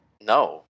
No